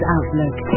Outlook